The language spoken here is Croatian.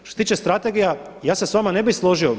Što se tiče strategija ja se sa vama ne bih složio.